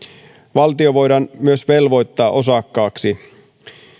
valtio voidaan myös velvoittaa osakkaaksi